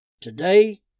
Today